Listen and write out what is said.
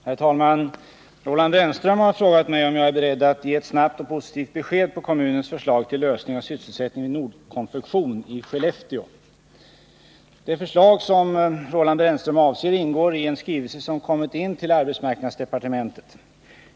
Herr talman! Roland Brännström har frågat mig om jag är beredd att ge ett snabbt och positivt besked på kommunens förslag till lösning av sysselsättningen vid Nordkonfektion i Skellefteå. Det förslag som Roland Brännström avser ingår i en skrivelse som kommit in till arbetsmarknadsdepartementet.